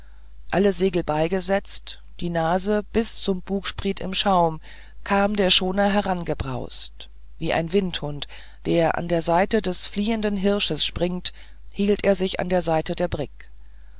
alle segel beigesetzt die nase bis zum bugspriet im schaum kam der schoner herangebraust wie ein windhund der an der seite des fliehenden hirsches springt hielt er sich zur seite der brigg